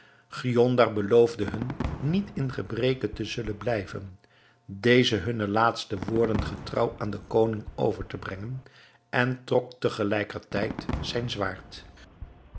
giondar beloofde hun niet in gebreke te zullen blijven deze hunne laatste woorden getrouw aan den koning over te brengen en trok te gelijker tijd zijn zwaard